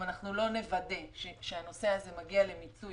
אם לא נוודא שהנושא הזה מגיע למיצוי